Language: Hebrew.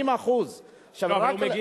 80%. תביא לנו, נטעם.